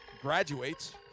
graduates